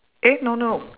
eh no no